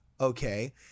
Okay